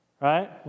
right